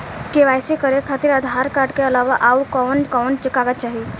KYC करे खातिर Aadhaar card के अलावा आउरकवन कवन कागज चाहीं?